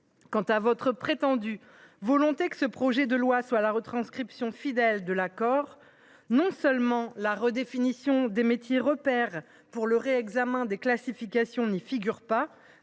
sociale ! Vous prétendez vouloir que ce projet de loi soit la transposition fidèle de l’accord ; or non seulement la redéfinition des métiers repères pour le réexamen des classifications n’y figure pas,